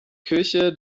kirche